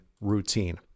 routine